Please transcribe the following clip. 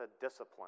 discipline